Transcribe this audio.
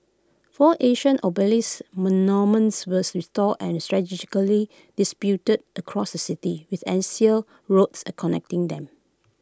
four ancient obelisk monuments were restored and strategically distributed across the city with axial roads connecting them